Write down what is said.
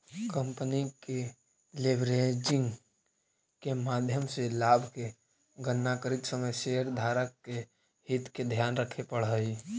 company के leveraging के माध्यम से लाभ के गणना करित समय शेयरधारक के हित के ध्यान रखे पड़ऽ हई